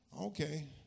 Okay